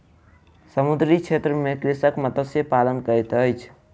समुद्रीय क्षेत्र में कृषक मत्स्य पालन करैत अछि